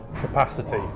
capacity